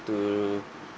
to